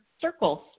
circles